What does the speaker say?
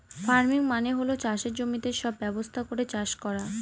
farming মানে হল চাষের জমিতে সব ব্যবস্থা করে চাষ করা